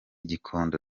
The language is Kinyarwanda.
gikondo